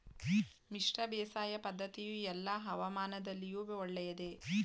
ಮಿಶ್ರ ಬೇಸಾಯ ಪದ್ದತಿಯು ಎಲ್ಲಾ ಹವಾಮಾನದಲ್ಲಿಯೂ ಒಳ್ಳೆಯದೇ?